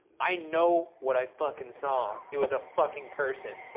i know what i fuckin' saw. it was a fucking person.